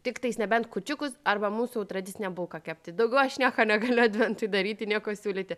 tiktais nebent kūčiukus arba mūsų tradicinę bulką kepti daugiau aš nieko negaliu adventui daryti nieko siūlyti